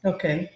Okay